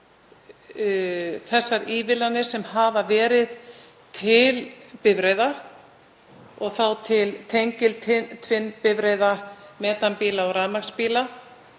þær ívilnanir sem verið hafa til bifreiða, og þá til tengiltvinnbifreiða, metanbíla og rafmagnsbíla.